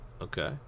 Okay